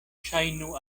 ŝajnu